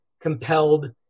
compelled